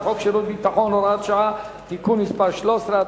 חוק שירות ביטחון (הוראת שעה) (תיקון מס' 13),